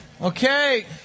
Okay